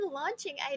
launching